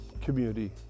community